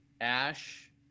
ash